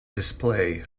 display